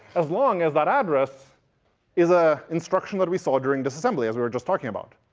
as long as that address is a instruction that we saw during disassembly, as we were just talking about.